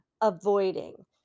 avoiding